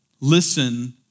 listen